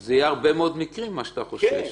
זה יהיה להרבה מאוד מקרים מה שאתה חושש.